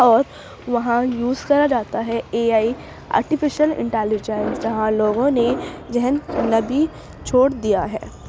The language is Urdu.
اور وہاں یوز کرا جاتا ہے اے آئی آرٹیفیشیل انٹیلیجنس وہاں لوگوں نے ذہن چھوڑ دیا ہے